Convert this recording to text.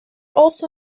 also